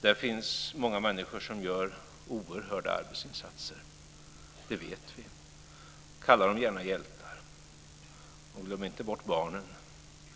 Där finns många människor som gör oerhörda arbetsinsatser. Det vet vi. Kalla dem gärna hjältar. Glöm inte bort barnen